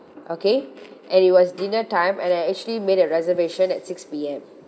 okay and it was dinner time and I actually made a reservation at six P_M